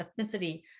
ethnicity